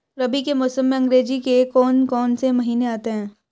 रबी के मौसम में अंग्रेज़ी के कौन कौनसे महीने आते हैं?